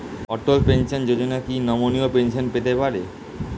অটল pension Yojana কি নমনীয় pension পেতে পারে?